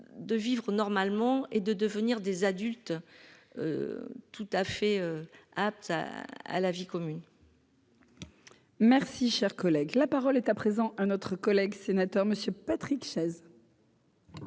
de vivre normalement et de devenir des adultes tout à fait apte à la vie commune. Merci, cher collègue, la parole est à présent un autre collègue sénateur, monsieur Patrick Chaize.